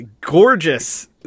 gorgeous